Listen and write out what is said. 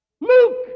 Luke